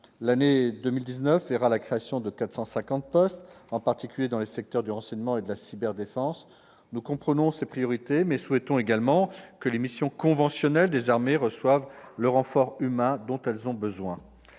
L'année 2019 verra la création de 450 postes, en particulier dans les secteurs du renseignement et de la cyberdéfense. Nous comprenons ces priorités, mais nous souhaitons que les missions conventionnelles des armées reçoivent également le renfort humain dont elles ont besoin.